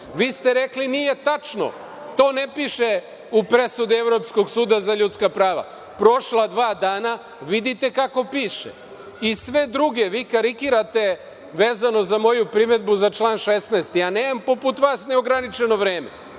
ste rekli – nije tačno, to ne piše u presudi Evropskog suda za ljudska prava. Prošla dva dana i vidite kako piše i sve drugo…Vi karikirate vezano za moju primedbu za član 16. Ja nemam, poput vas, neograničeno vreme,